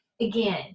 again